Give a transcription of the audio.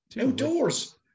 Outdoors